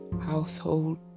household